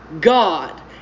God